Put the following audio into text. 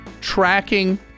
tracking